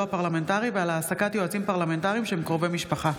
הפרלמנטרי ועל העסקת יועצים פרלמנטריים שהם קרובי משפחה.